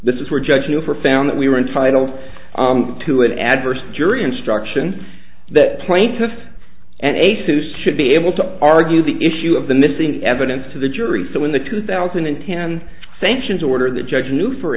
this is where judge you for found that we were entitled to an adverse jury instruction that plaintiff and a susi should be able to argue the issue of the missing evidence to the jury so when the two thousand and ten sanctions order the judge knew for